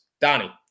Donnie